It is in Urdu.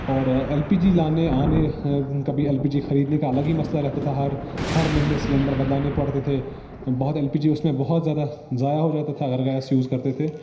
اور ایل پی جی لانے آنے کبھی ایل پی جی خریدنے کا الگ ہی مسئلہ رہتا تھا ہر ہر مہینے سیلنڈر بدلوانے پڑتے تھے بہت ایل پی جی اس میں بہت زیادہ ضائع ہو جاتا تھا اگر گیس یوز کرتے تھے